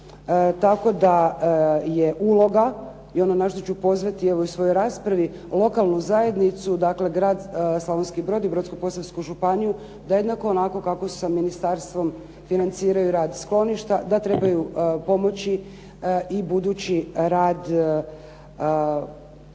Tako da je uloga i ono na što ću pozvati u svojoj raspravi lokalnu zajednicu, dakle Grad Slavonski brod i Brodsko-posavsku županiju, da jednako onako kako sa ministarstvom financiraju rad skloništa da trebaju pomoći i budući rad